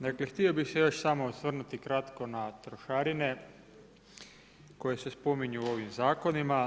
Dakle htio bih se još samo osvrnuti kratko na trošarine koje se spominju u ovim zakonima.